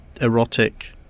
erotic